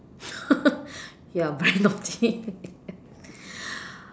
you are very naughty